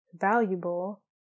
valuable